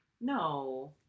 No